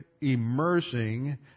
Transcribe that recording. immersing